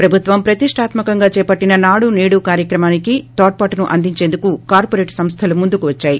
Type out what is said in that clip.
ప్రభుత్వం ప్రతిష్టాత్మకంగా చేపట్టిన నాడు సేడు కార్యక్రమానికి తోడ్పాటు అందించేందుకు కార్పొరేట్ సంస్లలు ముందుకు వచ్చాయి